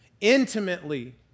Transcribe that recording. intimately